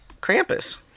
krampus